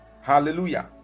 Hallelujah